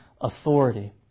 authority